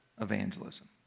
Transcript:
evangelism